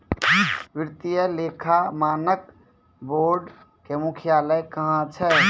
वित्तीय लेखा मानक बोर्डो के मुख्यालय कहां छै?